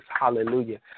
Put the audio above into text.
hallelujah